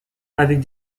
avec